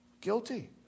Guilty